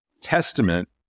testament